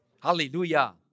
hallelujah